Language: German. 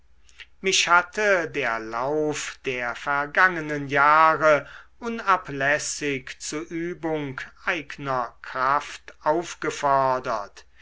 mich hatte der lauf der vergangenen jahre unablässig zu übung eigner kraft aufgefordert